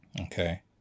Okay